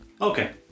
Okay